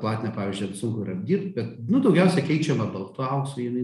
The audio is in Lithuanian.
platiną pavyzdžiui sunku yra apdirbt bet nu daugiausiai keičiama baltu auksu jinai